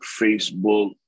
Facebook